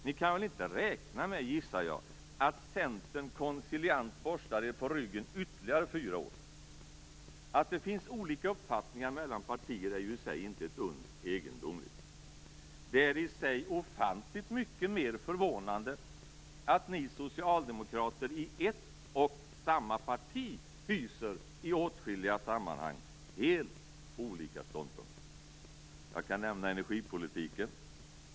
Ni kan väl inte räkna med - gissar jag - att Centern konsiliant borstar er på ryggen ytterligare fyra år. Att det finns olika uppfattningar mellan partier är ju i sig inte ett uns egendomligt. Det är i sig ofantligt mycket mer förvånande att ni socialdemokrater i ett och samma parti, i åtskilliga sammanhang, hyser helt olika ståndpunkter. Jag kan nämna energipolitiken.